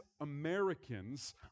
americans